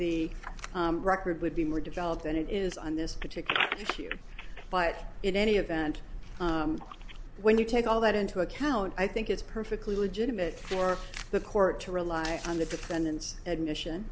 the record would be more developed than it is on this particular issue but in any event when you take all that into account i think it's perfectly legitimate for the court to rely on the defendant's admission